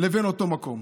לבין אותו מקום?